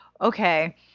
okay